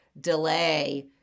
delay